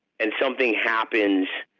and something happens